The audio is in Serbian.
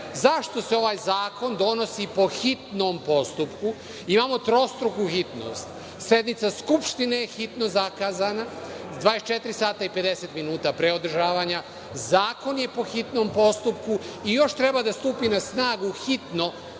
zašto se ovaj zakon donosi po hitnom postupku. Imamo trostruku hitnost. Sednica Skupštine je hitno zakazana 24 sata i 50 minuta pre održavanja, zakon je po hitnom postupku i još treba da stupi na snagu hitno